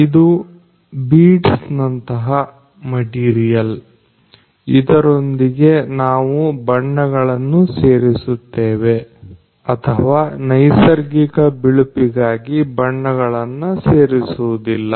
ಇದು ಬೀಡ್ಸ್ ನಂತಹ ಮಟೀರಿಯಲ್ ಇದರೊಂದಿಗೆ ನಾವು ಬಣ್ಣಗಳನ್ನು ಸೇರಿಸುತ್ತೇವೆ ಅಥವಾ ನೈಸರ್ಗಿಕ ಬಿಳುಪಿಗಾಗಿ ಬಣ್ಣಗಳನ್ನು ಸೇರಿಸುವುದಿಲ್ಲ